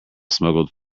smuggled